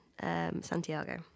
Santiago